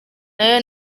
nayo